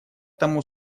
тому